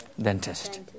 Dentist